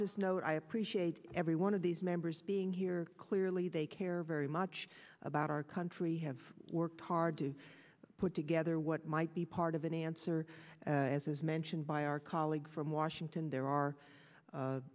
just note i appreciate every one of these members being here clearly they care very much about our country have worked hard to put together what might be part of an answer as is mentioned by our colleague from washington there are